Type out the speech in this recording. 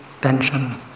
tension